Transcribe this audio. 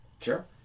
Sure